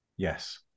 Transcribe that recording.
Yes